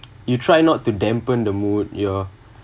you try not to dampen the mood you’re